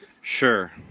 Sure